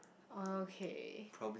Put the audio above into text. okay